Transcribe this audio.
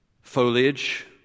foliage